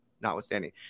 notwithstanding